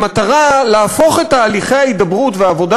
במטרה להפוך את הליכי ההידברות והעבודה